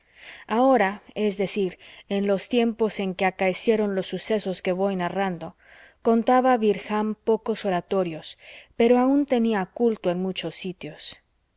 ahora es decir en los tiempos en que acaecieron los sucesos que voy narrando contaba birján pocos oratorios pero aun tenía culto en muchos sitios